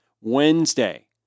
Wednesday